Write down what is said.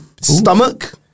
stomach